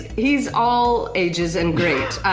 he's all ages and great.